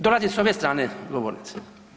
Dolazi s ove strane govornice.